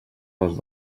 les